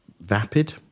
vapid